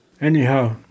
Anyhow